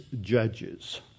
judges